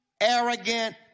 arrogant